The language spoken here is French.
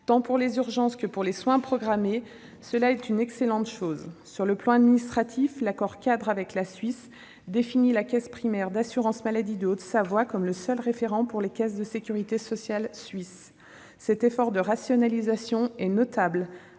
Tant pour les urgences que pour les soins programmés, c'est une excellente chose. Sur le plan administratif, l'accord-cadre définit la caisse primaire d'assurance maladie de Haute-Savoie comme le seul référent pour les caisses de sécurité sociale suisses. Cet effort de rationalisation est notable,